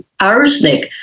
arsenic